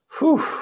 Whew